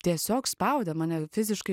tiesiog spaudė mane fiziškai